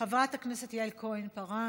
חברת הכנסת יעל כהן-פארן,